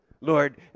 Lord